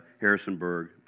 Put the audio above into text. Harrisonburg